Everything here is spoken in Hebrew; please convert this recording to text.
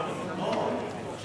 חוק הביטוח הלאומי (תיקון מס'